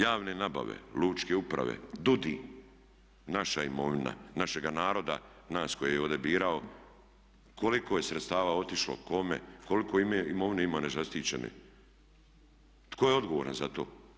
Javne nabave, lučke uprave, DUDI, naša imovina našega naroda, nas koje je ovdje birao koliko je sredstava otišlo, kome, koliko imovine ima nezaštićene, tko je odgovoran za to?